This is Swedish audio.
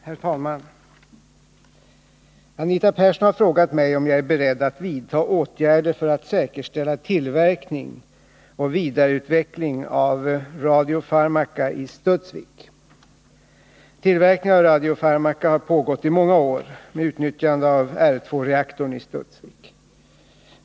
Herr talman! Anita Persson har frågat mig om jag är beredd att vidta åtgärder för att säkerställa tillverkning och vidareutveckling av radiofarmaka i Studsvik. Tillverkning av radiofarmaka har pågått i många år med utnyttjande av R 2-reaktorn i Studsvik.